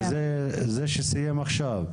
שזה שסיים עכשיו.